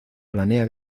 planea